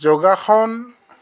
যোগাসন